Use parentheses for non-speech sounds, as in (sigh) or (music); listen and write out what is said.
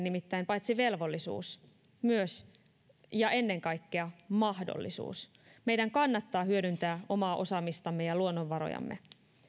(unintelligible) nimittäin paitsi velvollisuus myös ja ennen kaikkea mahdollisuus meidän kannattaa hyödyntää omaa osaamistamme ja luonnonvarojamme